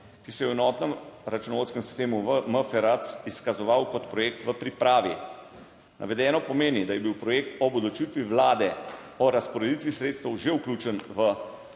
ki se je v enotnem računovodskem sistemu MFERAC izkazoval kot projekt v pripravi. Navedeno pomeni, da je bil projekt ob odločitvi Vlade o razporeditvi sredstev že vključen v